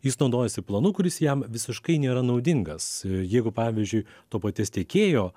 jis naudojasi planu kuris jam visiškai nėra naudingas jeigu pavyzdžiui to paties tiekėjo